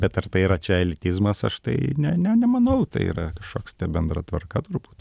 bet ar tai yra čia elitizmas aš tai ne nemanau tai yra kažkoks tai bendra tvarka turbūt